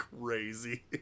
crazy